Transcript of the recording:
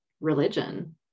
religion